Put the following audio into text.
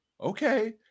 okay